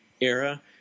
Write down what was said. era